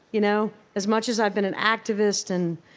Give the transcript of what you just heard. you know? as much as i've been an activist and